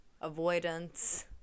avoidance